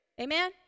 Amen